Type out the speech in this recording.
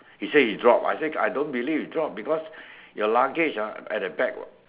he say he drop I say I don't believe he dropped because your luggage ah at the back [what]